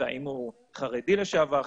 האם הוא חרדי לשעבר,